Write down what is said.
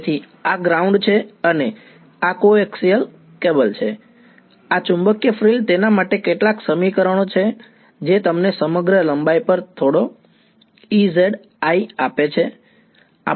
તેથી આ ગ્રાઉન્ડ છે અને આ કોએક્સિયલ કેબલ છે અને આ ચુંબકીય ફ્રિલ તેના માટે કેટલાક સમીકરણો છે જે તમને સમગ્ર લંબાઈ પર થોડો Ezi આપે છે